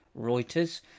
Reuters